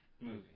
movie